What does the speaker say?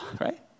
right